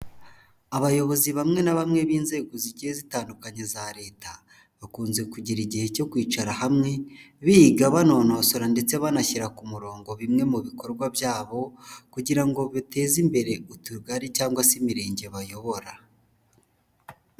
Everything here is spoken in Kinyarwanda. Abayobozi bamwe na bamwe b'inzego zigiye zitandukanye za Leta, bakunze kugira igihe cyo kwicara hamwe biga, banonosora ndetse banashyira ku murongo bimwe mu bikorwa byabo kugira ngo bateze imbere Utugari cyangwa se Imirenge bayobora.